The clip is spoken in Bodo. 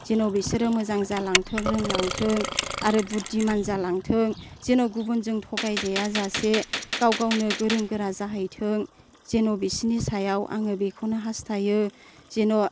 जेन' बिसोरो मोजां जालांथों रोंलांथों आरो बुध्दिमान जालांथों जेन' गुबुनजों थगायजाया जासे गाव गावनो गोरों गोरा जोहैथों जेन' बिसोरनि सायाव आङो बेखौनो हास्थायो जेन'